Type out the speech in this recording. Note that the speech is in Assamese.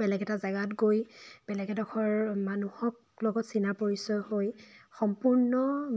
বেলেগ এটা জেগাত গৈ বেলেগ এডোখৰ মানুহক লগত চিনা পৰিচয় হৈ সম্পূৰ্ণ